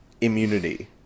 immunity